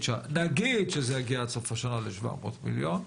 נגיד שזה יגיע עד לסוף השנה ל-700 מיליון,